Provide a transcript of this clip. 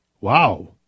wow